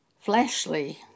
fleshly